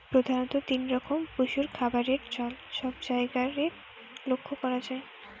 প্রধাণত তিন রকম পশুর খাবারের চল সব জায়গারে লক্ষ করা যায়